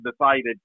decided